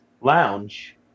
lounge